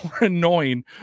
annoying